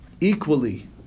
equally